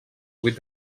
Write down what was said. vuit